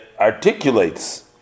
articulates